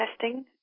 testing